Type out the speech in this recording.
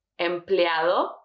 empleado